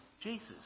Jesus